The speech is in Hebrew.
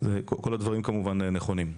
כל הדברים כמובן נכונים.